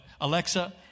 Alexa